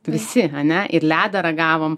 visi ane ir ledą ragavom